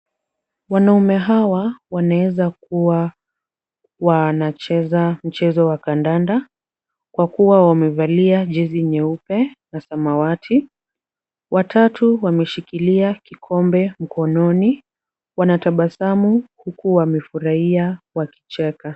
Wanaume hawa wanaweza kuwa wanacheza mchezo wa kandanda kwa kuwa wamevalia jezi nyeupe na samawati. Watatu wameshikilia kikombe mkononi. Wanatabasamu huku wamefurahia wakicheka.